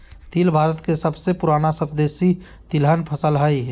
तिल भारत के सबसे पुराना स्वदेशी तिलहन फसल हइ